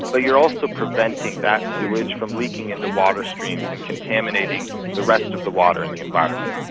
but you're also preventing that sewage from leaking into water streams and contaminating the rest of the water in the environment.